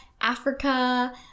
Africa